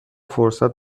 فرصت